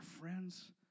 friends